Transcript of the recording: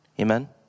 Amen